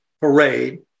Parade